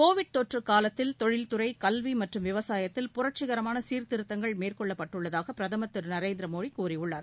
Covid தொற்று காலத்தில் தொழில்துறை கல்வி மற்றும் விவசாயத்தில் புரட்சிகரமான சீர்திருத்தங்கள் மேற்கொள்ளப்பட்டுள்ளதாக பிரதமர் திருநரேந்திர மோடி கூறியுள்ளார்